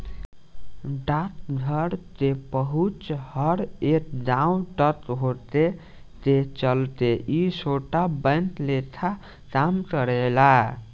डाकघर के पहुंच हर एक गांव तक होखे के चलते ई छोट बैंक लेखा काम करेला